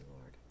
Lord